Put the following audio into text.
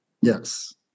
Yes